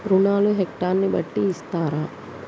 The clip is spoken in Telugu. రుణాలు హెక్టర్ ని బట్టి ఇస్తారా?